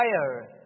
fire